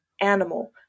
animal